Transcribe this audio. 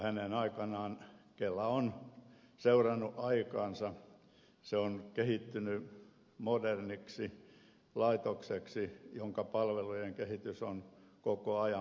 hänen aikanaan kela on seurannut aikaansa se on kehittynyt moderniksi laitokseksi jonka palvelujen kehitys on koko ajan parantunut